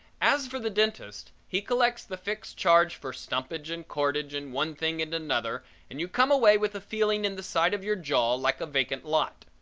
as for the dentist, he collects the fixed charge for stumpage and corkage and one thing and another and you come away with a feeling in the side of your jaw like a vacant lot.